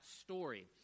story